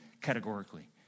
categorically